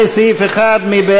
חברי הכנסת תמר זנדברג,